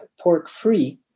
pork-free